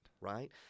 Right